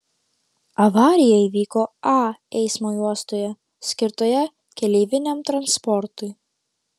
avarija įvyko a eismo juostoje skirtoje keleiviniam transportui